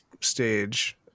stage